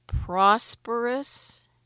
prosperous